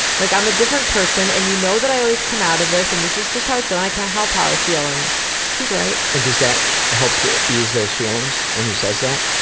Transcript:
like i'm a different person and you know that i always come out of this, and this is just how i feel and i can't help how i feel. and he's right. and does that help ease those feelings, when he says that?